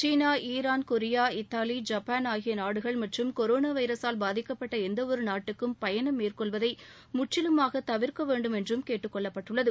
சீனா Iran Korea Italy Japan ஆகிய நாடுகள் மற்றும் கொரோனா வைரஸால் பாதிக்கப்பட்ட எந்தவொரு நாட்டுக்கும் பயணம் மேற்கொள்வதை முற்றிலுமாக தவிர்க்க வேண்டும் என்றும் கேட்டுக்கொள்ளப்பட்டுள்ளது